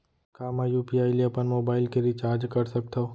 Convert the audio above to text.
का मैं यू.पी.आई ले अपन मोबाइल के रिचार्ज कर सकथव?